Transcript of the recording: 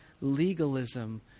legalism